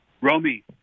Romy